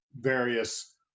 various